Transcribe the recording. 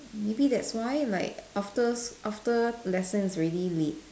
maybe that's why like after sch~ after lessons already late